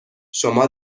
شما